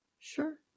sure